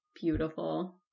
Beautiful